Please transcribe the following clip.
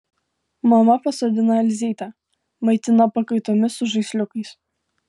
mama pasodina elzytę maitina pakaitomis su žaisliukais